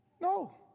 no